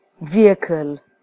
vehicle